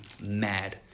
mad